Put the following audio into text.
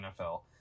NFL